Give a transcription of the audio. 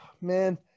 Man